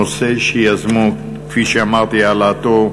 נושא שיזמו, כפי שאמרתי, את העלאתו,